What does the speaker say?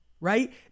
right